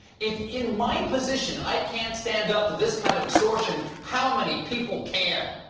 if in my position i can't stand up to this kind of extortion, how many people can?